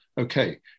Okay